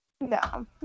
No